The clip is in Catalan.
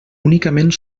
únicament